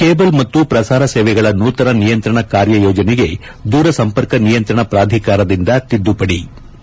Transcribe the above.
cable ಮತ್ತು ಪ್ರಸಾರ ಸೇವೆಗಳ ನೂತನ ನಿಯಂತ್ರಣ ಕಾರ್ಯ ಯೋಜನೆಗೆ ದೂರಸಂಪರ್ಕ ನಿಯಂತ್ರಣ ಪ್ರಾಧಿಕಾರದಿಂದ ತಿದ್ದುಪದಿ